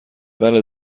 بله